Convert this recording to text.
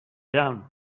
iawn